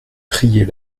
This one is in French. prier